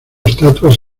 estatuas